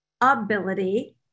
ability